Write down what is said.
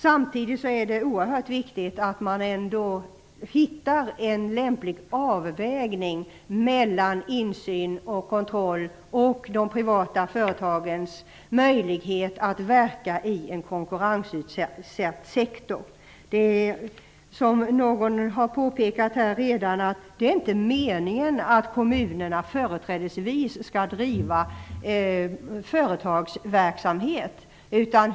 Samtidigt är det oerhört viktigt att man hittar en lämplig avvägning mellan denna insyn och kontroll och de privata företagens möjlighet att verka i en konkurrensutsatt sektor. Som någon redan har påpekat är det inte meningen att kommunerna företrädesvis skall driva företagsverksamhet.